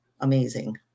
amazing